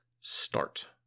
start